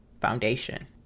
foundation